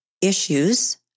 issues